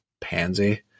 pansy